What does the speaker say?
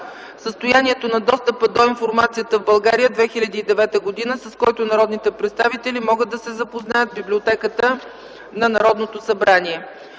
състоянието на достъпа до информация в България 2009 г., с който народните представители могат да се запознаят в Библиотеката на Народното събрание.